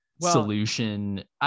solution